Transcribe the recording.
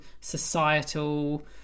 societal